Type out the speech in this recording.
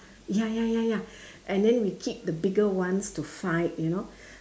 ya ya ya ya and then we keep the bigger ones to fight you know